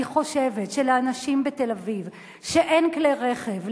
אני חושבת שלאנשים בתל-אביב שאין להם כלי רכב,